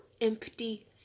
empty